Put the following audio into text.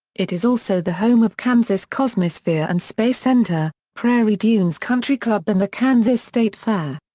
it is also the home of kansas cosmosphere and space center, prairie dunes country club and the kansas state fair.